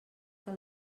que